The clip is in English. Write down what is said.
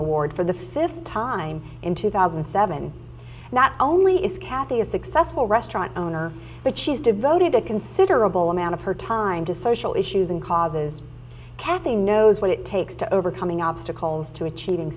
award for the fifth time in two thousand and seven not only is cathy a successful restaurant owner but she's devoted a considerable amount of her time to social issues and causes kathy knows what it takes to overcoming obstacles to achieving